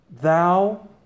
Thou